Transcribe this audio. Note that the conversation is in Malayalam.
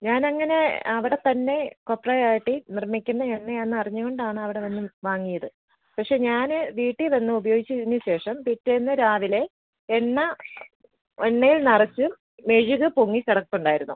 ഞാൻ അങ്ങനെ അവിടെ തന്നെ കൊപ്ര ആട്ടി നിർമ്മിക്കുന്ന എണ്ണയാണ് അറിഞ്ഞു കൊണ്ടാണ് അവിടെ വന്ന് വാങ്ങിയത് പക്ഷെ ഞാൻ വീട്ടിൽ വന്ന് ഉപയോഗിച്ചതിന് ശേഷം പിറ്റേന്ന് രാവിലെ എണ്ണ എണ്ണയിൽ നിറച്ചും മെഴുക് പൊങ്ങി കിടപ്പുണ്ടായിരുന്നു